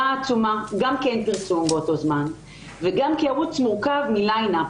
גם כי אין פרסום באותו זמן וגם כי ערוץ מורכב מליין-אפ,